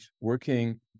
working